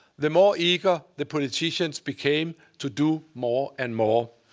the more eager the politicians became to do more and more.